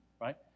right